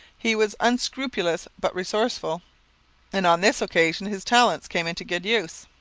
he was unscrupulous but resourceful and on this occasion his talents came into good use.